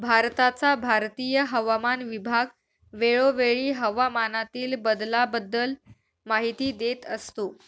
भारताचा भारतीय हवामान विभाग वेळोवेळी हवामानातील बदलाबद्दल माहिती देत असतो